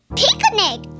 picnic